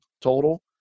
total